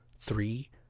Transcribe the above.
three